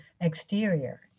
exterior